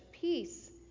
peace